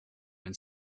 when